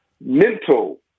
mental